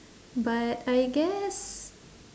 but I guess